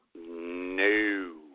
No